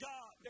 God